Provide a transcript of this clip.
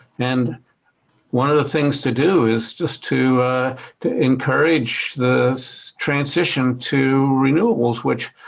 and one of the things to do is just to to encourage the transition to renewables, which